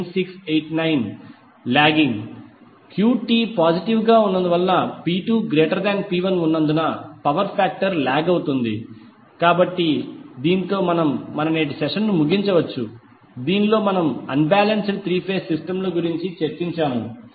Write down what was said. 9689lagging QT positive గాP2P1 ఉన్నందున power factor lag అవుతుంది కాబట్టి దీనితో మన నేటి సెషన్ను ముగించవచ్చు దీనిలో మనము unbalanced three phase system ల గురించి చర్చించాము